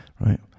Right